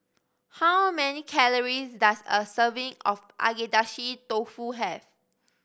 how many calories does a serving of Agedashi Dofu have